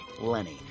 Lenny